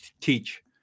teach